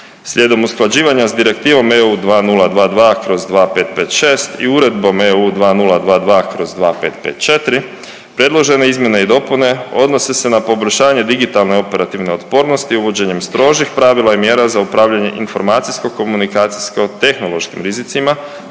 Slijedom usklađivanja s Direktivom EU 2022/2556 i Uredbom EU 2022/2554, predložene izmjene i dopune odnose se na poboljšavanje digitalne operativne otpornosti uvođenjem strožih pravila i mjera za upravljanje informacijsko-komunikacijsko-tehnološkim rizicima,